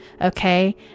Okay